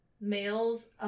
Males